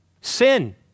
sin